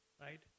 right